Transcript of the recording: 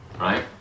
right